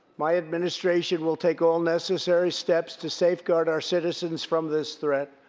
my administration will take all necessary steps to safeguard our citizens from this threat.